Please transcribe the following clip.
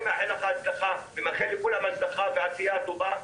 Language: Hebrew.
אני מאחל לך ולכולם הצלחה ועשייה טובה.